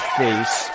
face